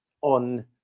on